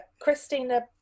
Christina